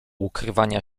ukrywania